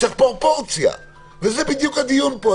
צריך פרופורציה, וזה בדיוק הדיון פה.